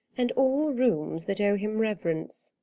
and all rooms that owe him reverence.